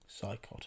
Psychotic